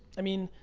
i mean,